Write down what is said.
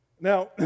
Now